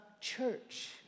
church